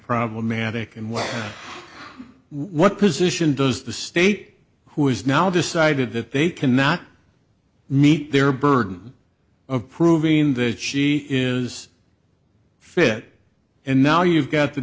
problematic and what what position does the state who has now decided that they cannot meet their burden of proving that she is fit and now you've got the